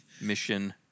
mission